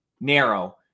narrow